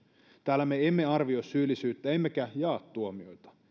täällä me emme arvioi syyllisyyttä emmekä jaa tuomioita